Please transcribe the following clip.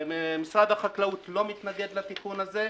משרד החקלאות לא מתנגד לתיקון הזה,